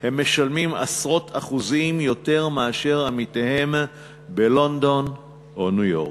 הם משלמים עשרות אחוזים יותר מעמיתיהם בלונדון או ניו-יורק.